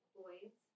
boys